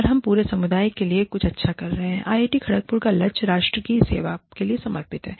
और हम पूरे समुदाय के लिए कुछ अच्छा कर रहे हैं IIT खड़गपुर का लक्ष्य राष्ट्र की सेवा के लिए समर्पित है